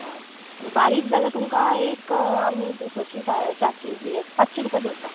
हय आनी बारीक जाल्याक तुमकां एक आमी द सशीं चा चारशीं हें पात्शी रुपया धरता